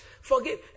forgive